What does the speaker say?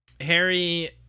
Harry